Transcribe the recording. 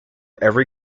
every